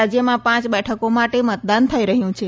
રાજ્યમાં પાંચ બેઠકો માટે મતદાન થઈ રહ્યું છે